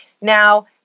Now